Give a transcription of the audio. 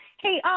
Hey